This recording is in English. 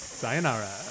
sayonara